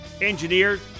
Engineered